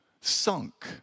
sunk